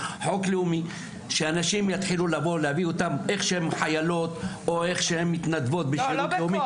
חוק לאומי שיתחילו לבוא כשהן חיילות או מתנדבות בשירות לאומי.